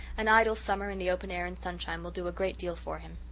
an idle summer in the open air and sunshine will do a great deal for him.